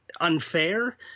unfair